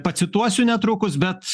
pacituosiu netrukus bet